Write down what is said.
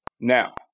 Now